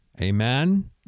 Amen